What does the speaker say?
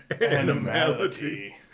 Animality